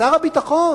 שר הביטחון